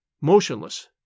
motionless